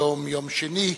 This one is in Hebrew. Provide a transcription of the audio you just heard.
היום יום שני,